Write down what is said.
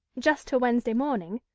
just till wednesday morning,